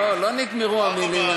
לא, לא נגמרו המילים.